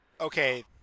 Okay